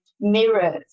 mirrors